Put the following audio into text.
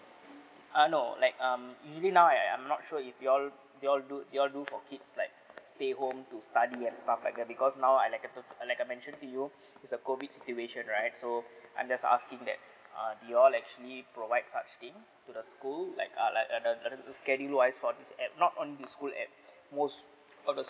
err no like um usually now I I'm not sure if you all you all do you all do for kids like stay home to study and stuff like that because now I like uh tot~ like I mentioned to you it's a COVID situation right so I'm just asking that uh do you all actually provide such thing to the school like uh like at the the the schedule wise for this at not on this school at most of the schools if M_O_E right you all provide as such um